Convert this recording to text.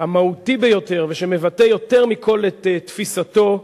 המהותי ביותר ושמבטא יותר מכול את תפיסתו,